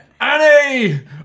Annie